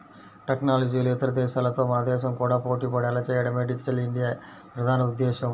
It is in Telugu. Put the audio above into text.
టెక్నాలజీలో ఇతర దేశాలతో మన దేశం కూడా పోటీపడేలా చేయడమే డిజిటల్ ఇండియా ప్రధాన ఉద్దేశ్యం